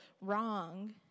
wrong